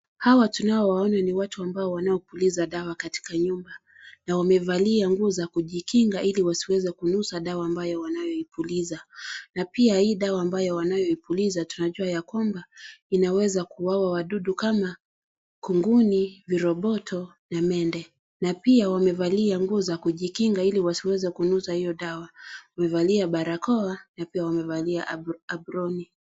Hawa tunaowaona ni watu ambao wanaopuliza dawa katika nyumba na wamevalia nguo za kujikinga ili wasiweze kunusa dawa ambayo wanayoipuliza, na pia hii dawa ambayo wanayoipuliza tunajua yakwamba inaweza kuuawa wadudu kama kunguni, viroboto na mende na pia wamevalia nguo za kujikinga ili wasiweze kunusa hio dawa, wamevalia barakoa na pia wamevalia aproni.